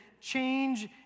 change